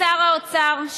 לשר האוצר,